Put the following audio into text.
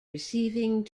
receiving